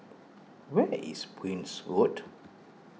where is Prince Road